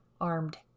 armed